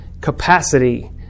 capacity